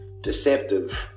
deceptive